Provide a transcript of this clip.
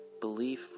belief